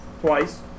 twice